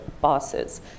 bosses